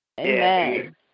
Amen